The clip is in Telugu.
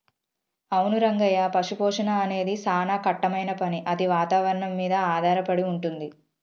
అవును రంగయ్య పశుపోషణ అనేది సానా కట్టమైన పని అది వాతావరణం మీద ఆధారపడి వుంటుంది